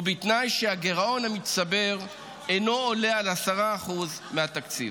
ובתנאי שהגירעון המצטבר אינו עולה על 10% מהתקציב.